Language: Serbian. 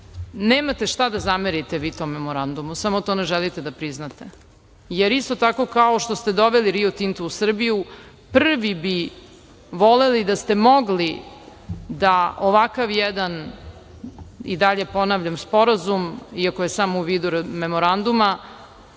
nemate šta da zamerite tom memorandumu, samo to ne želite da priznate, jer isto tako kao što ste doveli Rio Tinto u Srbiju, prvi bi voleli da ste mogli da ovakav jedan, i dalje ponavljam, sporazum iako je samo u vidu memoranduma,